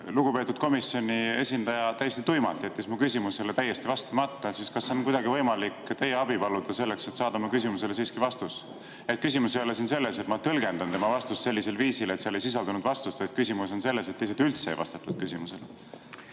lugupeetud komisjoni esindaja täiesti tuimalt jättis mu küsimusele vastamata, siis kas on kuidagi võimalik paluda teie abi, selleks et saada küsimusele siiski vastus? Küsimus ei ole siin selles, nagu ma tõlgendaksin tema vastust sellisel viisil, et seal ei sisaldunud vastust, vaid küsimus on selles, et lihtsalt üldse ei vastatud küsimusele.